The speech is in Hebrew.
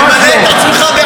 אתה ממלא את עצמך ועף.